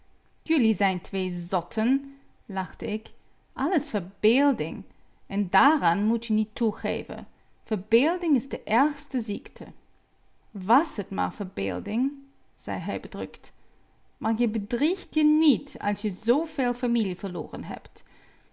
jullie zijn twee zotten lachte ik alles verbeelding en daaraan moet je niet toegeven verbeelding is de ergste ziekte wàs het maar verbeelding zei hij bedrukt maar je bedriegt je niet als je zooveel familie verloren hebt